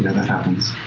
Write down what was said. that happens.